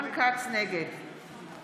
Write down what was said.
נגד